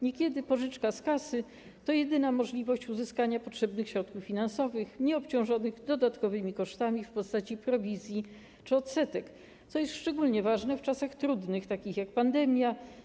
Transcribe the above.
Niekiedy pożyczka z kasy to jedyna możliwość uzyskania potrzebnych środków finansowych nieobciążonych dodatkowymi kosztami w postaci prowizji czy odsetek, co jest szczególnie ważne w tak trudnym czasie, jakim jest pandemia.